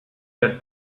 that